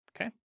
okay